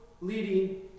leading